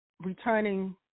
Returning